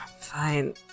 fine